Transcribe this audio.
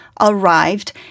arrived